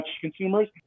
consumers